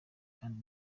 kandi